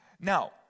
Now